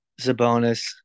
Zabonis